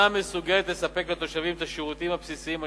מסוגלת לספק לתושבים את השירותים הבסיסיים הנדרשים.